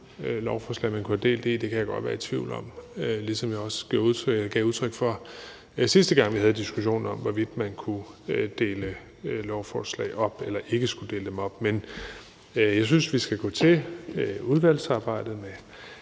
fire lovforslag, hvis vi havde opdelt dem, kan jeg godt være i tvivl om, hvilket jeg også gav udtryk for, sidste gang vi havde diskussionen om, hvorvidt man kunne dele lovforslag op eller man ikke skulle dele dem op. Men jeg synes, at vi skal gå til udvalgsarbejdet med